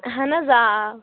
اَہَن حظ آ آ